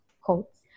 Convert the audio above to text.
quotes